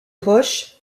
roches